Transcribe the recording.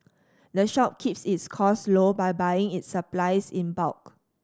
the shop keeps its cost low by buying its supplies in bulk